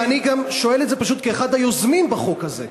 ואני גם שואל את זה פשוט כאחד היוזמים של החוק הזה.